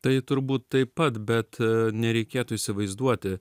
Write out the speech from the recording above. tai turbūt taip pat bet nereikėtų įsivaizduoti